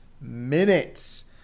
minutes